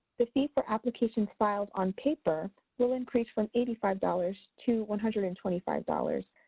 the fee for application filed on paper will increase from eighty five dollars to one hundred and twenty five dollars.